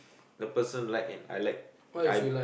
the person like and I like I